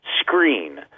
screen